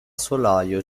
solaio